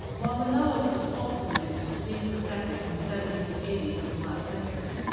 while the knowledge of salt solutions was being perfected in the seventies and eighties of the last century,